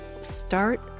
start